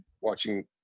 watching